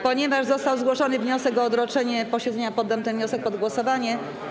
Ponieważ został zgłoszony wniosek o odroczenie posiedzenia, poddam ten wniosek pod głosowanie.